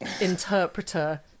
interpreter